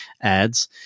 ads